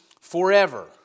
forever